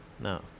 No